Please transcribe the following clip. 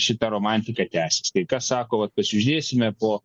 šita romantika tęsis kai ką sako va pažiūrėsime po